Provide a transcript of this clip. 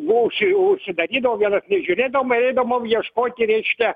nu užsi užsidarydavom vienas nežiūrėdavo ir eidavom ieškot reiškia